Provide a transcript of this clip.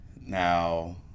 Now